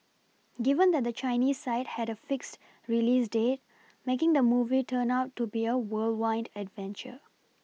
given that the Chinese side had a fixed release date making the movie turned out to be a whirlwind adventure